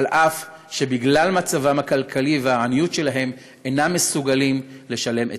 אף שבגלל מצבם הכלכלי והעוני שלהם הם אינם מסוגלים לשלם את